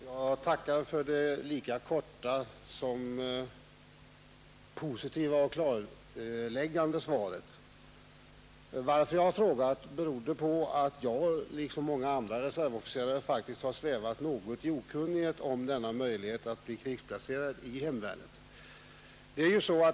Herr talman! Jag tackar för det lika korta som positiva och klarläggande svaret. Anledningen till att jag har frågat är att jag liksom många andra reservofficerare faktiskt svävat i okunnighet om möjligheten att bli krigsplacerad i hemvärnet.